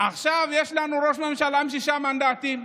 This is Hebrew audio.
עכשיו יש לנו ראש ממשלה עם שישה מנדטים.